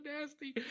nasty